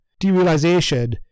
Derealization